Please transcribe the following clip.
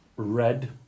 Red